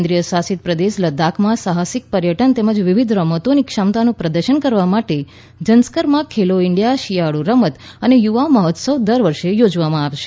કેન્દ્ર શાસિત પ્રદેશ લદ્દાખમાં સાહસિક પર્યટન તેમજ વિવિધ રમતોની ક્ષમતાનું પ્રદર્શન કરવા માટે ઝંસ્કરમાં ખેલો ઈન્ડિયા શિયાળુ રમત અને યુવા મહોત્સવ દર વર્ષે યોજવામાં આવશે